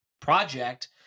project